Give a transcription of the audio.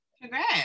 congrats